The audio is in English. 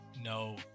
no